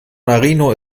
marino